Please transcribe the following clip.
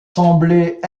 semblaient